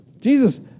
Jesus